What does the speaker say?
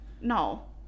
No